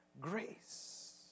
grace